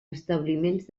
establiments